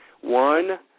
One